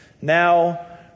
Now